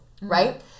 right